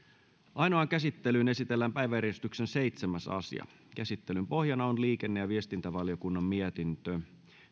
ainoaan käsittelyyn esitellään päiväjärjestyksen seitsemäs asia käsittelyn pohjana on liikenne ja viestintävaliokunnan mietintö